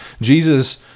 Jesus